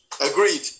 Agreed